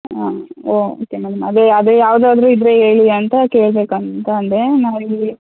ಹಾಂ okay madam ಅದು ಅದೇ ಯಾವುದಾದ್ರು ಇದ್ದರೆ ಹೇಳಿ ಅಂತ ಕೇಳ್ಬೇಕು ಅಂತಂದು ನಾವಿಲ್ಲಿ